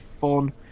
fun